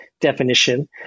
definition